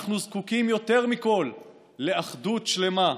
אנחנו זקוקים יותר מכול לאחדות שלמה,